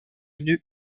nœud